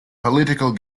political